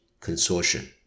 Consortium